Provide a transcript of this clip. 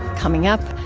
coming up,